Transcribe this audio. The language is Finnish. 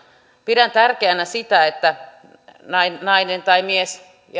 pidän tärkeänä sitä että nainen tai mies